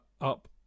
up